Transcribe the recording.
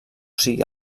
sigui